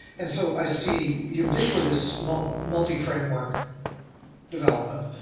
and so i see ubiquitous multi multi framework development.